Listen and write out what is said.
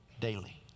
daily